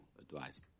advice